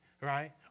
right